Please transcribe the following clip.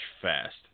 fast